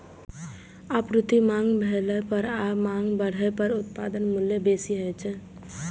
आपूर्ति कम भेला पर आ मांग बढ़ै पर उत्पादक मूल्य बेसी होइ छै